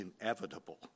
inevitable